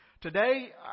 Today